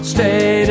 Stay